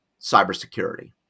cybersecurity